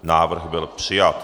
Návrh byl přijat.